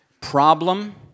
problem